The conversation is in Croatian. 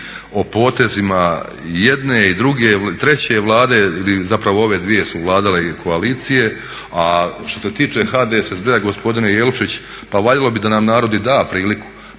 o potezima jedne, i druge, i treće Vlade, ili zapravo ove dvije su vladale koalicije a što se tiče HDSSB-a gospodine Jelušić pa valjalo bi da nam narod i da priliku